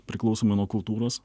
priklausomai nuo kultūros